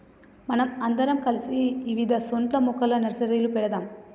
మనం అందరం కలిసి ఇవిధ సోట్ల మొక్కల నర్సరీలు పెడదాము